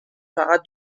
فقط